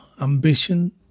ambition